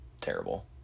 terrible